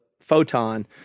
photon